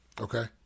Okay